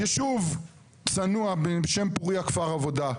יישוב צנוע בשם פורייה כפר עבודה,